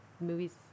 movie's